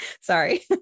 Sorry